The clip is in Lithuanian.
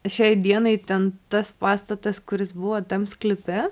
šiai dienai ten tas pastatas kuris buvo tam sklype